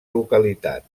localitat